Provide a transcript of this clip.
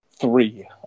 three